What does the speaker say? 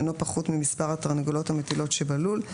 אינו פחות ממספר התרנגולות המטיילות שבלול.